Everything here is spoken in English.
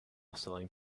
selling